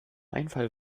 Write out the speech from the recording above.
einfall